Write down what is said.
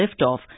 liftoff